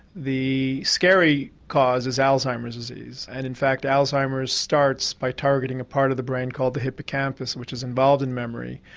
the scary cause is alzheimer's disease and in fact alzheimer's starts by targeting a part of the brain called the hippocampus which is involved in memory.